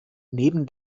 neben